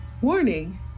Warning